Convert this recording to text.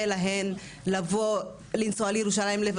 להן לנסוע לירושלים ולוותר על יום עבודה.